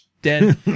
dead